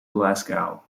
glasgow